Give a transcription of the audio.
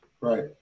Right